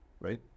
right